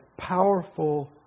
powerful